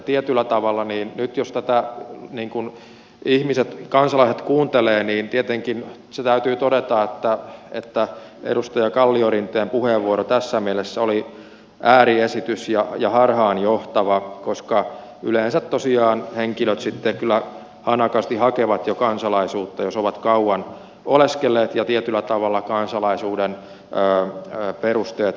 tietyllä tavalla nyt jos tätä ihmiset kansalaiset kuuntelevat täytyy tietenkin se todeta että edustaja kalliorinteen puheenvuoro tässä mielessä oli ääriesitys ja harhaanjohtava koska yleensä tosiaan henkilöt sitten kyllä hanakasti hakevat jo kansalaisuutta jos ovat kauan oleskelleet ja tietyllä tavalla kansalaisuuden perusteet täyttyvät